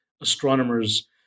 astronomers